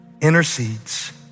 intercedes